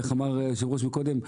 כפי שאמר היושב ראש קודם,